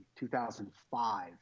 2005